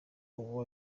uwo